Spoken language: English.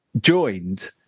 joined